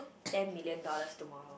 ten million dollars tomorrow